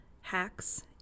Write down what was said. hacks